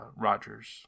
Rogers